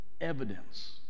evidence